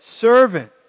servant